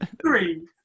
three